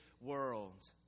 world